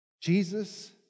Jesus